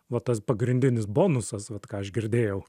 va tas pagrindinis bonusas vat ką aš girdėjau